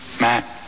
Matt